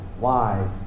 wise